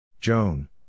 Joan